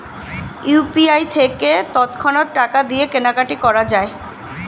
UPI থেকে তৎক্ষণাৎ টাকা দিয়ে কেনাকাটি করা যায়